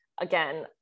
again